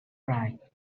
right